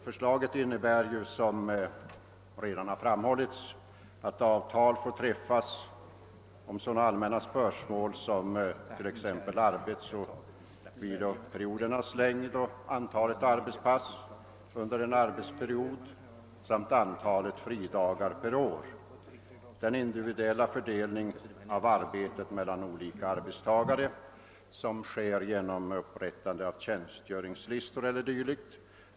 Förslaget innebär, som redan har framhållits, att avtal får träffas om sådana allmänna spörsmål som arbetsoch viloperiodernas längd, antalet arbetspass under en arbetsperiod och antalet fridagar per år. Den indivduella fördelning av arbetet mellan olika arbetstagare som sker genom upprättande av tjänstgöringslistor e.d.